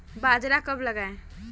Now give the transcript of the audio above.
बाजरा कब लगाएँ?